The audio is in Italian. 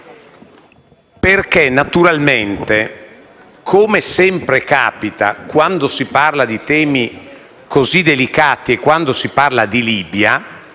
perché naturalmente, come sempre capita quando si parla di temi così delicati e quando si parla di Libia,